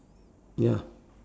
ya